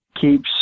keeps